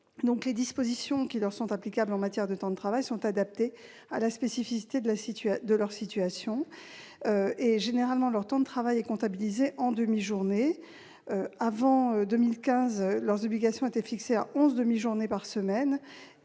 Les dispositions qui leur sont applicables en matière de temps de travail sont donc adaptées à la spécificité de leur situation. Généralement, leur temps de travail est comptabilisé en demi-journées. Avant 2015, leurs obligations étaient fixées à onze demi-journées par semaine.